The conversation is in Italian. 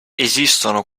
esistono